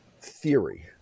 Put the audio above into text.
theory